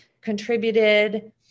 contributed